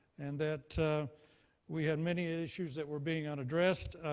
and that we had many issues that were being unaddressed.